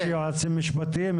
יש יועצים משפטיים,